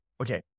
Okay